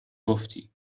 گفتی